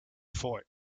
fort